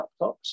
laptops